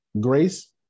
Grace